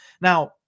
Now